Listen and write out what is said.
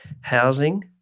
housing